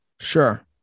Sure